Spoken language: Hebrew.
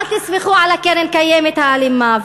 אל תסמכו על הקרן הקיימת האלימה,